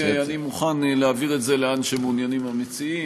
אני מוכן להעביר את זה לאן שמעוניינים המציעים.